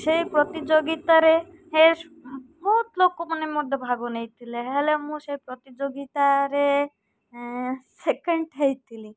ସେଇ ପ୍ରତିଯୋଗିତାରେ ବହୁତ ଲୋକମାନେ ମଧ୍ୟ ଭାଗ ନେଇଥିଲେ ହେଲେ ମୁଁ ସେ ପ୍ରତିଯୋଗିତାରେ ସେକେଣ୍ଡ ହେଇଥିଲି